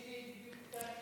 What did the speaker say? יש לי בדיוק אותה שאילתה.